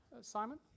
Simon